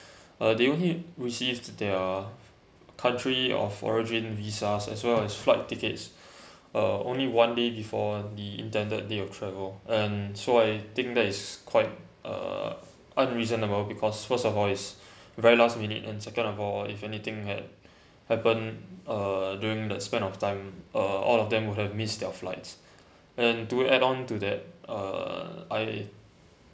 uh they only received their country of origin visas as well as flight tickets uh only one day before the intended day of travel and so I think that is quite uh unreasonable because first of all it's very last minute and second of all if anything had happened uh during that span of time uh all of them would have missed their flights and to add on to that uh I